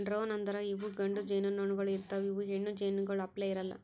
drone ಅಂದುರ್ ಇವು ಗಂಡು ಜೇನುನೊಣಗೊಳ್ ಇರ್ತಾವ್ ಇವು ಹೆಣ್ಣು ಜೇನುನೊಣಗೊಳ್ ಅಪ್ಲೇ ಇರಲ್ಲಾ